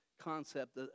concept